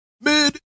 mid